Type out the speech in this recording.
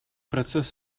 процесс